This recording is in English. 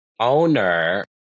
owner